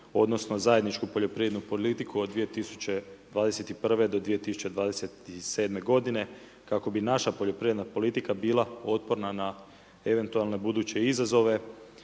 odnosno, zajedničku poljoprivrednu politiku od 2021.-2027. g. kako bi naša poljoprivredna politika bila otporna na eventualne buduće izazove,